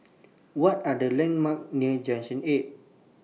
What Are The landmarks near Junction eight